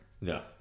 No